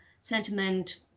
sentiment